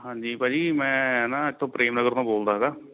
ਹਾਂਜੀ ਭਾਅ ਜੀ ਮੈਂ ਨਾ ਇੱਥੋਂ ਪ੍ਰੇਮ ਨਗਰ ਤੋਂ ਬੋਲਦਾ ਗਾ